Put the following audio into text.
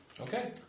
Okay